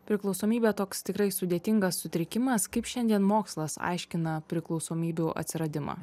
priklausomybė toks tikrai sudėtingas sutrikimas kaip šiandien mokslas aiškina priklausomybių atsiradimą